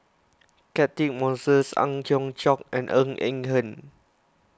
Catchick Moses Ang Hiong Chiok and Ng Eng Hen